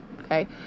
okay